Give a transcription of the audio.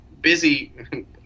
busy